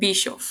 בישוף